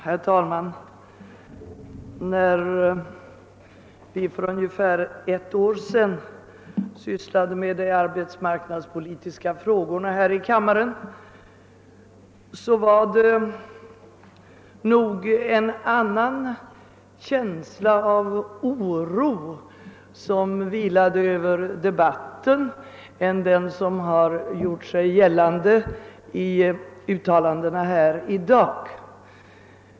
Herr talman! När vi för ungefär ett år sedan sysslade med de arbetsmarknadspolitiska frågorna här i kammaren var det en annan känsla av oro som vilade över debatten än den som gjort sig gällande i uttalandena här i dag.